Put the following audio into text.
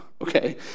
okay